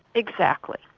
exactly.